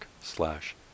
slash